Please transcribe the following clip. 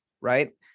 right